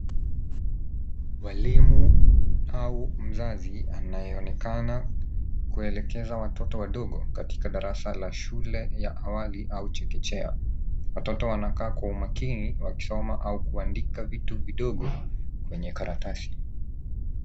Mwalimu au mzazi anayeonekana kuelekeza watoto wadogo katika darasa ya shule ya awali au chekechea. Watoto wanakaa kwa umakini wakisoma au kuandika vitu vidogo kwenye karatasi.